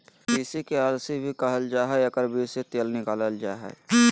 तीसी के अलसी भी कहल जा हइ एकर बीज से तेल निकालल जा हइ